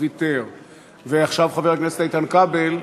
ויתר; חבר הכנסת איתן כבל,